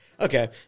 Okay